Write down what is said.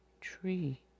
tree